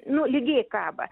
nu lygiai kaba